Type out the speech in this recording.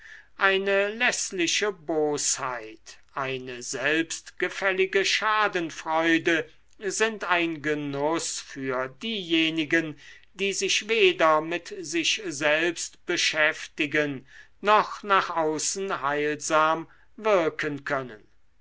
eine läßliche bosheit eine selbstgefällige schadenfreude sind ein genuß für diejenigen die sich weder mit sich selbst beschäftigen noch nach außen heilsam wirken können